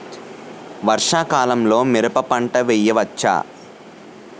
వర్షాకాలంలో మిరప పంట వేయవచ్చా?